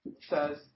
says